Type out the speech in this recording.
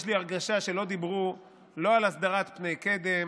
יש לי הרגשה שלא דיברו לא על הסדרת פני קדם,